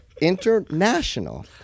international